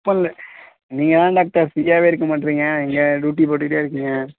இப்போ இல்லை நீங்கள் தான் டாக்டர் ஃப்ரீயாகவே இருக்க மாட்டுறீங்க எங்கேயாவது டூட்டி போட்டுக்கிட்டே இருக்கீங்க